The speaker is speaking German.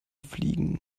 fliegen